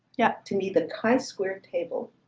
yeah to me, the chi squared table